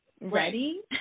ready